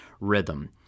rhythm